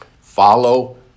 Follow